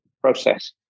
process